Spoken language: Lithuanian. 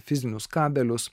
fizinius kabelius